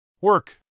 Work